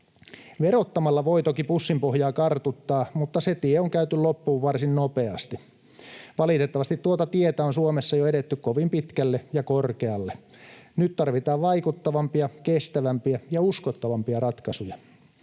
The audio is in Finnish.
Verottamalla voi toki pussinpohjaa kartuttaa, mutta se tie on käyty loppuun varsin nopeasti. Valitettavasti tuota tietä on Suomessa jo edetty kovin pitkälle ja korkealle. Nyt tarvitaan vaikuttavampia, kestävämpiä ja uskottavampia ratkaisuja.